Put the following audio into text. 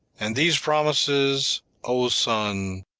and these promises o son,